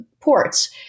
ports